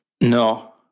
No